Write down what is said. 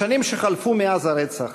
בשנים שחלפו מאז הרצח